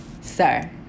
Sir